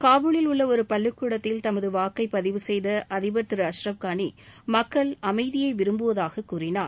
காபூலில் உள்ள ஒரு பள்ளிக்கூடத்தில் தமது வாக்கைப் பதிவு செய்த அதிபர் அஷ்ரப் கனி மக்கள் அமைதியை விரும்புவதாக கூறினார்